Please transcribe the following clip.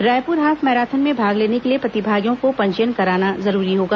Raipur half marathon में भाग लेने के लिए प्रतिभागियों को पंजीयन कराना जरूरी होगा